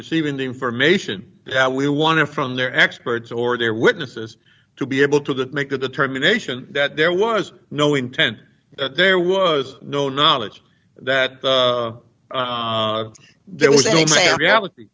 receiving the information that we wanted from their experts or their witnesses to be able to make a determination that there was no intent that there was no knowledge that there was a reality